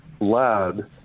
lad